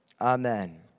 Amen